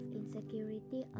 insecurity